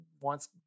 wants